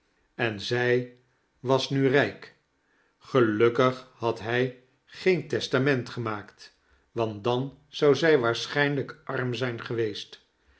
en zij was nu rijk gelukkig had hij geen testament gemaakt want dan zou zij waarschijnlijk arm zijn geweest